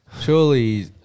Surely